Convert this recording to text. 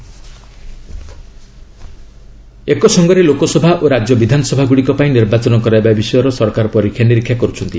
ଗଭ୍ election ଏକସଙ୍ଗରେ ଲୋକସଭା ଓ ରାଜ୍ୟ ବିଧାନସଭାଗୁଡ଼ିକ ପାଇଁ ନିର୍ବାଚନ କରାଇବା ବିଷୟର ସରକାର ପରୀକ୍ଷା ନିରୀକ୍ଷା କରୁଛନ୍ତି